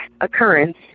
occurrence